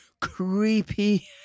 creepy